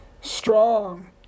strong